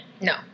no